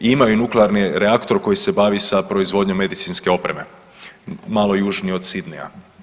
I imaju nuklearni reaktor koji se bavi sa proizvodnjom medicinske opreme malo južnije od Sidneya.